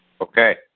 Okay